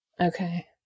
Okay